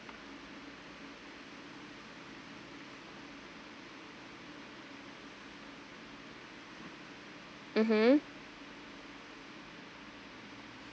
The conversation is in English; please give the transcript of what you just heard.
mmhmm